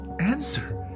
answer